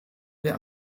wer